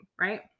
Right